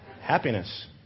Happiness